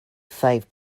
five